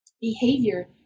behavior